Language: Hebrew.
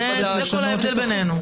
זה כל ההבדל בינינו.